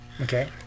Okay